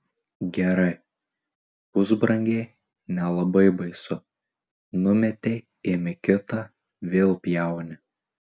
gerai pusbrangiai nelabai baisu numetei imi kitą vėl pjauni